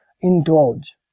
indulge